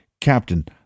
Captain